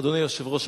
אדוני היושב-ראש,